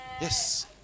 Yes